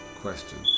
question